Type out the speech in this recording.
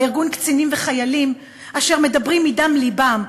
בארגון קצינים וחיילים אשר מדברים מדם לבם,